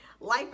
life